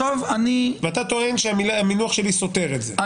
עכשיו אני --- ואתה טוען שהמינוח שלי סותר את זה,